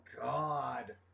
God